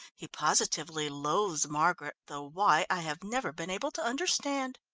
he positively loathes margaret, though why i have never been able to understand.